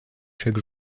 chaque